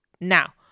Now